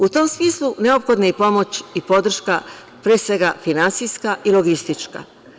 U tom smislu neophodna je i pomoć i podrška, pre svega, finansijska i logistička.